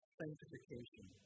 sanctification